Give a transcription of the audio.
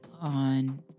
on